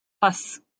plus